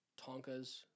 Tonkas